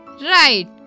right